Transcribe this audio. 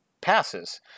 passes